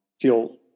feel